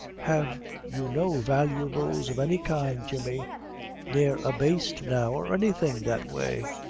have you no valuables of any kind, jemmy ne'er a baste now, or anything that way?